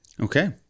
Okay